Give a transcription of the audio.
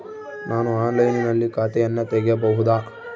ನಾನು ಆನ್ಲೈನಿನಲ್ಲಿ ಖಾತೆಯನ್ನ ತೆಗೆಯಬಹುದಾ?